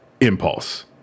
impulse